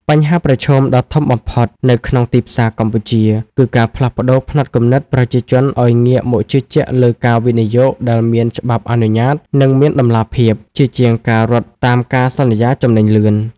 បញ្ហាប្រឈមដ៏ធំបំផុតនៅក្នុងទីផ្សារកម្ពុជា គឺការផ្លាស់ប្តូរផ្នត់គំនិតប្រជាជនឱ្យងាកមកជឿជាក់លើការវិនិយោគដែលមានច្បាប់អនុញ្ញាត និងមានតម្លាភាព ជាជាងការរត់តាមការសន្យាចំណេញលឿន។